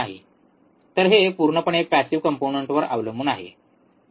तर हे पूर्णपणे पॅसिव्ह कंपोनंन्टवर अवलंबून आहे ठीक